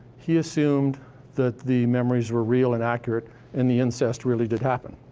he assumed that the memories were real and accurate and the incest really did happen.